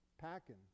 packing